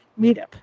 Meetup